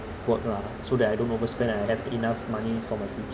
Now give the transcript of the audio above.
work lah so that I don't overspend and I have enough money for my future